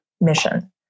mission